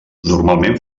normalment